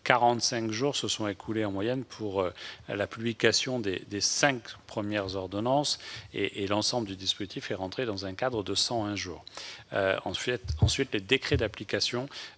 45 jours se sont écoulés pour la publication des cinq premières ordonnances et l'ensemble du dispositif a tenu dans un cadre de 101 jours. Ensuite, les décrets d'application